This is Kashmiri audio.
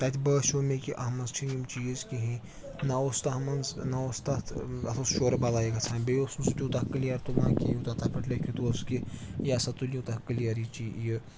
تَتہِ باسیو مےٚ کہِ اَتھ منٛز چھِ نہٕ یِم چیٖز کِہیٖنۍ نہ اوس تَتھ منٛز نہ اوس تَتھ اَتھ اوس شورٕ بَلاے گژھان بیٚیہِ اوس نہٕ سُہ تیوٗتاہ کٕلیَر تُلان کینٛہہ یوٗتاہ تَتھ پٮ۪ٹھ لیٖکھِتھ اوس کہِ یہِ ہَسا تُلِو تَتھ کلیَر یہِ یہِ